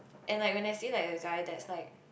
and like when I say there is a guy that is like